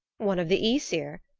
one of the aesir!